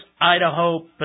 Idaho